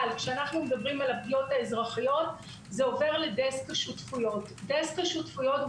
אבל כשאנחנו מדברים על הפגיעות האזרחיות זה עובר לדסק השותפויות במוקד,